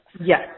Yes